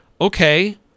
okay